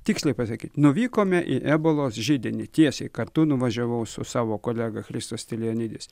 tiksliai pasakyt nuvykome į ebolos židinį tiesiai kartu nuvažiavau su savo kolega chriso stiljanidis